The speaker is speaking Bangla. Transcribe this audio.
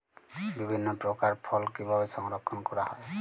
বিভিন্ন প্রকার ফল কিভাবে সংরক্ষণ করা হয়?